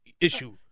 issue